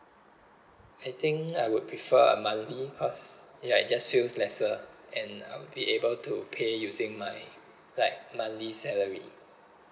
I think I would prefer monthly cause ya it just feels lesser and I'll be able to pay using my like monthly salary